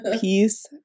Peace